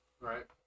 right